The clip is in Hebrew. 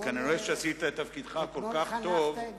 כנראה שעשית את תפקידך כל כך טוב, אבל